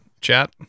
chat